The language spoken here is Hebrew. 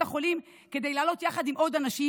החולים כדי לעלות יחד עם עוד אנשים.